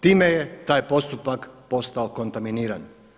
Time je taj postupak postao kontaminiran.